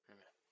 Amen